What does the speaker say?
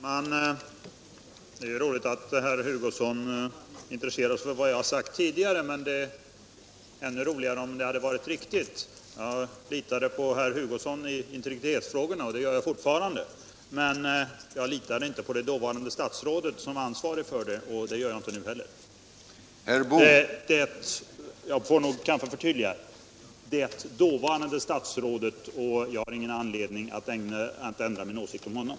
Herr talman! Det är ju roligt att herr Hugosson intresserar sig för vad jag har sagt tidigare, men det hade varit ännu roligare om det hade varit riktigt. Jag litade på herr Hugosson i integritetsfrågorna, och det gör jag fortfarande. Men jag litar inte på det dåvarande statsrådet som var ansvarig för saken, och jag har ingen anledning att ändra min åsikt om honom.